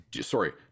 Sorry